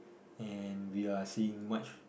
and we are seeing much